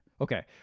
Okay